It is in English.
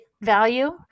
value